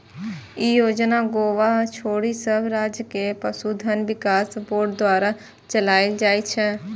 ई योजना गोवा छोड़ि सब राज्य मे पशुधन विकास बोर्ड द्वारा चलाएल जाइ छै